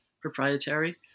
proprietary